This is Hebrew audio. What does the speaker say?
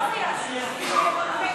נתקבלו.